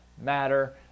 matter